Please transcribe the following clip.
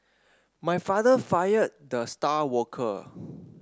my father fired the star worker